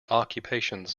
occupations